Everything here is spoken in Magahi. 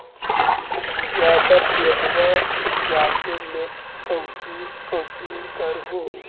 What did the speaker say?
ज्यादा प्यजबा उपजाबे ले कौची कौची कर हो?